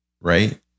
Right